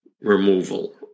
removal